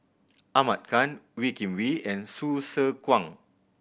Ahmad Khan Wee Kim Wee and Hsu Tse Kwang